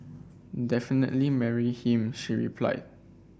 definitely marry him she replied